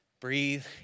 breathe